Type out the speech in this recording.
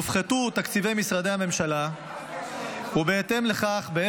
הופחתו תקציבי משרדי הממשלה -- מה הקשר למלחמה?